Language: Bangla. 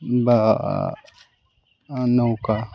বা নৌকা